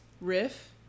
riff